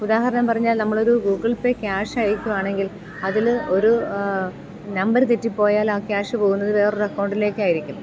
ഉദാഹരണം പറഞ്ഞാൽ നമ്മൾ ഒരു ഗൂഗിൾ പേ ക്യാഷ് അയക്കുവാണെങ്കിൽ അതിൽ ഒരു നമ്പർ തെറ്റിപ്പോയാൽ ആ ക്യാഷ് പോകുന്നത് വേറൊരു അക്കൗണ്ടിലേക്കായിരിക്കും